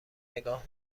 نگاه